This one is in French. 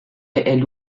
elle